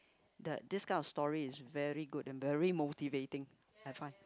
the this kind of story is very good and very motivating I find